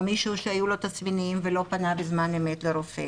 או מישהו שהיו לו תסמינים ולא פנה בזמן אמת לרופא